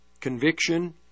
conviction